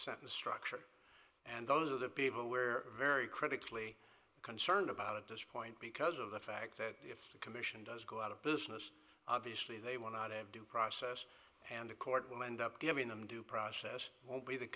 sentence structure and those are the people we're very critically concerned about at this point because of the fact that the commission does go out of business obviously they want to do process and the court will end up giving them due process be the